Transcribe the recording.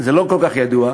זה לא כל כך ידוע,